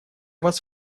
вас